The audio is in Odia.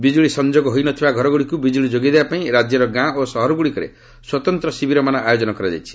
ବିଜୁଳି ସଂଯୋଗ ହୋଇ ନଥିବା ଘରଗୁଡ଼ିକୁ ବିଜୁଳି ଯୋଗାଇଦେବା ପାଇଁ ରାଜ୍ୟର ଗାଁ ଓ ସହରଗୁଡ଼ିକରେ ସ୍ୱତନ୍ତ୍ର ଶିବିରମାନ ଆୟୋଜନ କରାଯାଇଛି